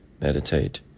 meditate